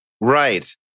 Right